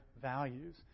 values